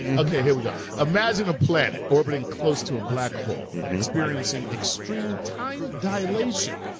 and okay here we go imagine a planet orbiting close to a black hole and experiencing extreme time dilation.